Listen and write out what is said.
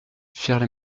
firent